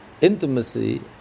intimacy